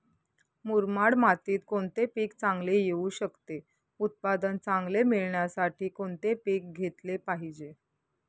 मुरमाड मातीत कोणते पीक चांगले येऊ शकते? उत्पादन चांगले मिळण्यासाठी कोणते पीक घेतले पाहिजे?